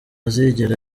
zigera